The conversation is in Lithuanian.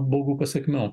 baugų pasekmių